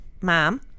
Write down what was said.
Mom